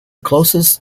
closest